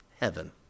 heaven